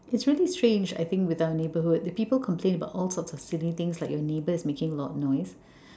it's really strange I think with our neighbourhood the people complain about all sorts of silly things like your neighbours making a lot of noise